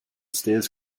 stairs